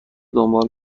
دنبال